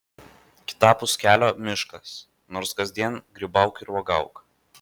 kitapus kelio miškas nors kasdien grybauk ir uogauk